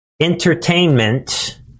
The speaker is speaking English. entertainment